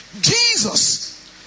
Jesus